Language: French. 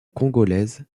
congolaise